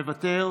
מוותר,